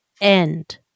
end